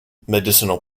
medicinal